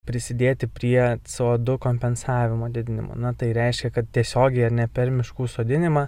prisidėti prie sodų kompensavimo didinimo na tai reiškia kad tiesiogiai ar ne per miškų sodinimą